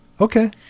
Okay